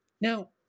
Now